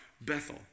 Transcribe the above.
Bethel